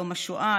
יום השואה,